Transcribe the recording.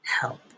help